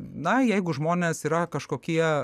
na jeigu žmonės yra kažkokie